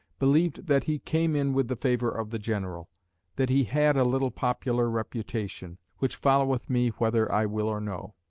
believed that he came in with the favour of the general that he had a little popular reputation, which followeth me whether i will or no.